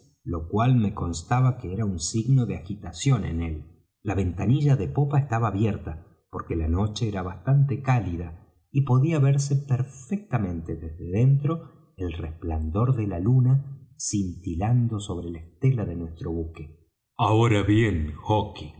lo cual me constaba que era un signo de agitación en él la ventanilla de popa estaba abierta porque la noche era bastante cálida y podía verse perfectamente desde dentro el resplandor de la luna cintilando sobre la estela de nuestro buque ahora bien